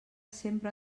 sempre